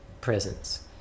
presence